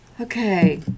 Okay